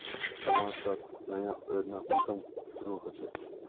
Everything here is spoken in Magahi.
समाज डात नया योजना कुंसम शुरू होछै?